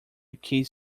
case